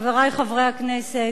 חברי חברי הכנסת,